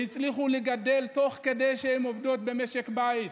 הצליחו לגדל, תוך כדי שהן עובדות במשק בית,